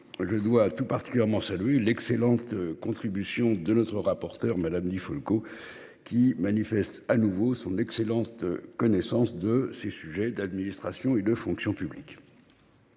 je dois tout particulièrement salué l'excellente contribution de notre rapporteur Madame Di Folco. Qui manifestent à nouveau son excellente connaissance de ses sujets d'administration et de fonction publique.